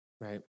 Right